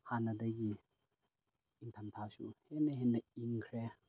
ꯍꯥꯟꯅꯗꯒꯤ ꯏꯪꯊꯝ ꯊꯥꯁꯨ ꯍꯦꯟꯅ ꯍꯦꯟꯅ ꯏꯪꯈ꯭ꯔꯦ